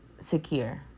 secure